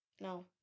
No